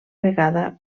vegada